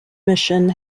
mission